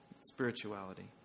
spirituality